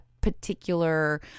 particular